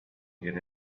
get